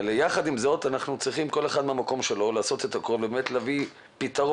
יחד עם זאת כל אחד מהמקום שלו אנחנו צריכים לעשות הכול להביא פתרון.